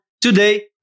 today